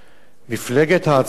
מפלגת העצמאות